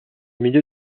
milieu